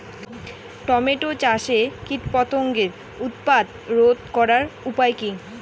Tomato চাষে কীটপতঙ্গের উৎপাত রোধ করার উপায় কী?